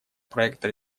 проекта